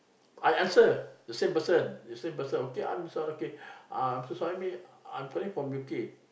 I answer the same person the same person okay I'm hi sir Mister Syahmi I'm calling from U_K